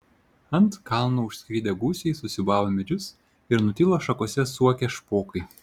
ant kalno užskridę gūsiai susiūbavo medžius ir nutilo šakose suokę špokai